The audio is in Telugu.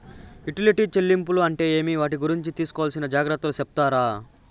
యుటిలిటీ చెల్లింపులు అంటే ఏమి? వాటి గురించి తీసుకోవాల్సిన జాగ్రత్తలు సెప్తారా?